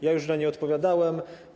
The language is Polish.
Ja już na to odpowiadałem.